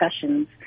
discussions